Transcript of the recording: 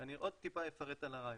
ואני עוד טיפה אפרט על הרעיון.